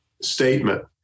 statement